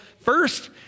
first